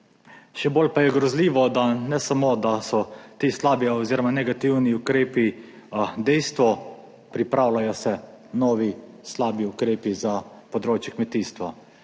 Še bolj pa je grozljivo, da ne samo, da so ti slabi oziroma negativni ukrepi dejstvo, pripravljajo se novi slabi ukrepi za področje kmetijstva.